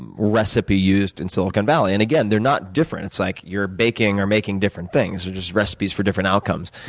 recipe used in silicon valley. and again, they're not different it's like you're baking or making different things. they're just recipes for different outcomes.